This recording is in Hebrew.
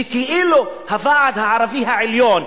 שכאילו הוועד הערבי העליון,